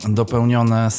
dopełnione